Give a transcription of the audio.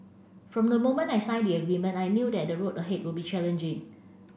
from the moment I signed the agreement I knew that the road ahead would be challenging